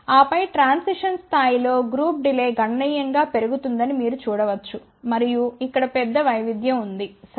ఆపై ట్రాన్సిషన్ స్థాయి లో గ్రూప్ డిలే గణనీయం గా పెరుగుతుందని మీరు చూడవచ్చు మరియు ఇక్కడ పెద్ద వైవిధ్యం ఉంది సరే